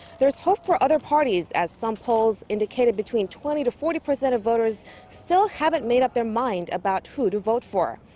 there's hope for other parties as some polls indicated between twenty to forty percent of voters still haven't made up their mind about who to vote for.